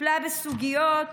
טיפלה בסוגיות